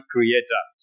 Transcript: Creator